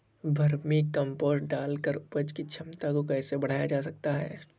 Vermi compost डालकर उपज की क्षमता को कैसे बढ़ाया जा सकता है?